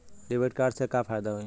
Debit card से का फायदा होई?